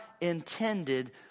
intended